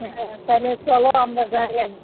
হ্যাঁ তাহলে চলো আমরা যাই এক